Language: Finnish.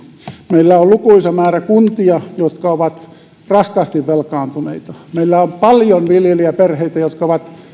meillä on lukuisa määrä kuntia jotka ovat raskaasti velkaantuneita meillä on paljon viljelijäperheitä jotka ovat